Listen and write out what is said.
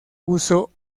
uso